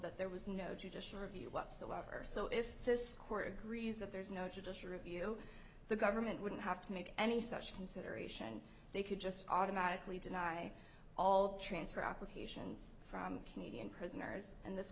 that there was no judicial review whatsoever so if this court agrees that there is no judicial review the government wouldn't have to make any such consideration they could just automatically deny all transfer applications from canadian prisoners and this